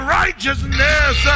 righteousness